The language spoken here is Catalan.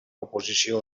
oposició